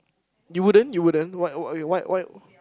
you wouldn't you wouldn't why why you why why